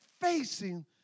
facing